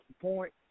point